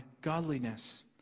godliness